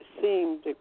seemed